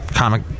Comic